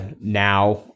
now